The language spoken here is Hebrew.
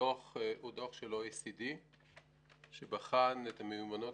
הדוח הוא דוח של OECD שבחן את המיומנויות